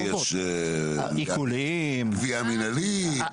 אה, אז יש גבייה מנהלית.